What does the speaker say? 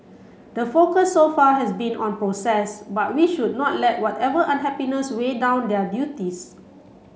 the focus so far has been on process but we should not let whatever unhappiness weigh down their duties